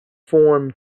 form